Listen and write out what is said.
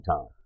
time